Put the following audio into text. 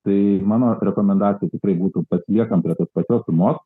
tai mano rekomendacija tikrai būtų pasiliekam prie tos pačios sumos